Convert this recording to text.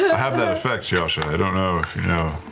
have that effect, yasha. i don't know if you know.